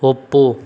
ಒಪ್ಪು